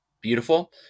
beautiful